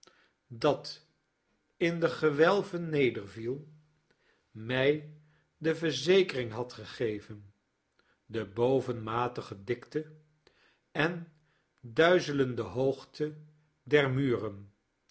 dat in de gewelven nederviel mij de verzekering had gegeven de bovenmatige dikte en duizelende hoogte der muren